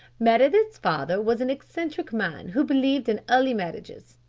meredith's father was an eccentric man who believed in early marriages,